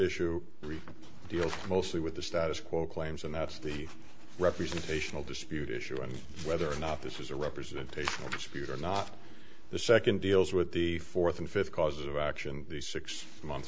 really deals mostly with the status quo claims and that's the representational dispute issue and whether or not this is a representation of spirit or not the second deals with the fourth and fifth cause of action the six months